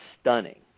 stunning